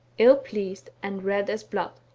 ill-pleased and red as blood.